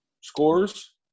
scores